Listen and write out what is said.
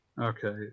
Okay